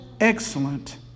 excellent